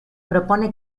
propone